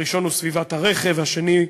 הראשון הוא סביבת הרכב, והשני,